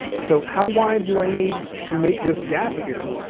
so how wide do i need to make this gap here,